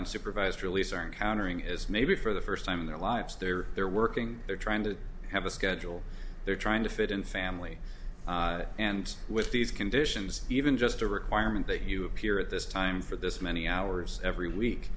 on supervised release are encountering is maybe for the first time in their lives they're they're working they're trying to have a schedule they're trying to fit in family and with these conditions even just a requirement that you appear at this time for this many hours every week